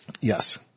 Yes